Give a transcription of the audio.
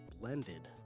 blended